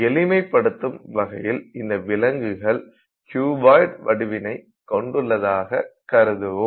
எளிமைப்படுத்தும் வகையில் இந்த விலங்குகள் க்யூபாயிட் வடிவினை கொண்டுள்ளதாக கருதுவோம்